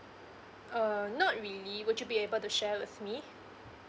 uh not really would you be able to share with me